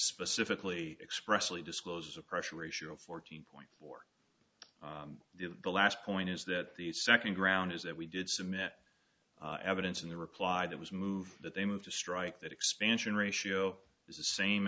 specifically expressly disclose a pressure ratio fourteen point the last point is that the second ground is that we did some met evidence in the reply that was moved that they moved to strike that expansion ratio is the same